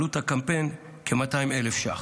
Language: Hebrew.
עלות הקמפיין היא כ-200,000 ש"ח.